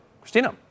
Christina